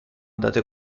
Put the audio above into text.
date